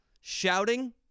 Shouting